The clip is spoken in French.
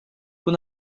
vous